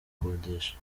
gukodesha